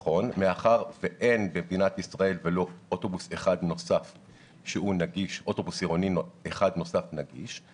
מאחר שאין במדינת ישראל ולו אוטובוס עירוני אחד נוסף שהוא נגיש,